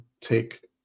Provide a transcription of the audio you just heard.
take